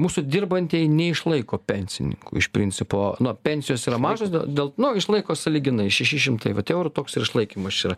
mūsų dirbantieji neišlaiko pensininkų iš principo nu pensijos yra mažos dėl nu išlaiko sąlyginai šeši šimtai vat eurų toks ir išlaikymas čia yra